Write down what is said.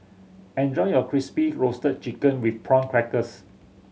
enjoy your Crispy Roasted Chicken with Prawn Crackers